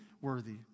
worthy